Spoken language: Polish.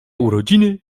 urodziny